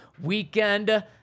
weekend